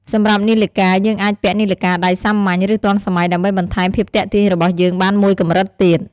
សម្រាប់នាឡិកាយើងអាចពាក់នាឡិកាដៃសាមញ្ញ ឬទាន់សម័យដើម្បីបន្ថែមភាពទាក់ទាញរបស់យើងបានមួយកម្រិតទៀត។